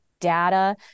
data